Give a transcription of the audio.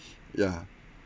yeah